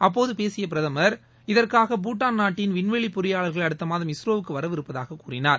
அப்போது பேசிய பிரதமர் இதற்காக பூடான் நாட்டின் விண்வெளி பொறியாளர்கள் அடுத்த மாதம் இஸ்ரோ வுக்கு வரவிருப்பதாகக் கூறினார்